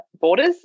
borders